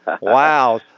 wow